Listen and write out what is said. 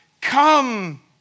come